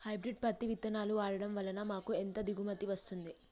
Hybrid పత్తి విత్తనాలు వాడడం వలన మాకు ఎంత దిగుమతి వస్తుంది?